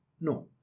No